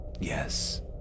Yes